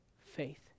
faith